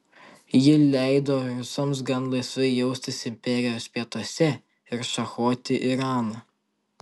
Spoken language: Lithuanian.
ji leido rusams gan laisvai jaustis imperijos pietuose ir šachuoti iraną